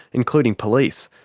including police.